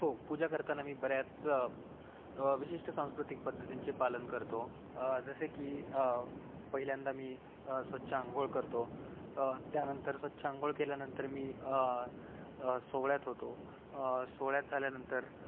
हो पूजा करताना मी बऱ्याच विशिष्ट सांस्कृतिक पद्धतींचे पालन करतो जसे की पहिल्यांदा मी स्वच्छ आंघोळ करतो त्यानंतर स्वच्छ आंघोळ केल्यानंतर मी सोवळ्यात होतो सोवळ्यात झाल्यानंतर